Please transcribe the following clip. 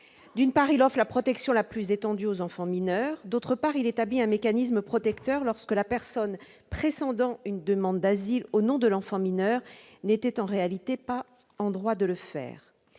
D'une part, il offre la protection la plus étendue aux enfants mineurs. D'autre part, il établit un mécanisme protecteur lorsque la personne présentant une demande d'asile au nom de l'enfant mineur n'était, en réalité, pas en droit de le faire.